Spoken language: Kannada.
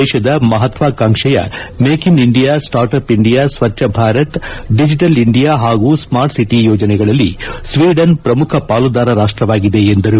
ದೇಶದ ಮಪತ್ನಾಕಾಂಕ್ಷೆಯ make in India startup India Swachh Bharat digital India ಹಾಗೂ ಸ್ವಾರ್ಟ್ ಸಿಟಿ ಯೋಜನೆಗಳಲ್ಲಿ ಸ್ನೀಡನ್ ಪ್ರಮುಖ ಪಾಲುದಾರ ರಾಷ್ಟವಾಗಿದೆ ಎಂದರು